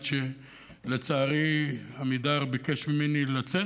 עד שלצערי עמידר ביקש ממני לצאת,